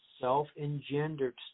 self-engendered